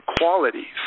qualities